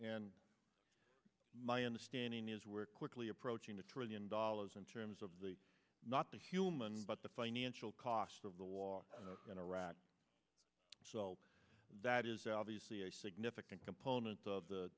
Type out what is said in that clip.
and my understanding is we're quickly approaching a trillion dollars in terms of the not the human but the financial cost of the war in iraq so that is obviously a significant